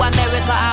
America